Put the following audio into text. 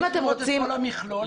צריך לראות את כל המכלול.